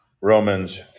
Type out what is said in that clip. romans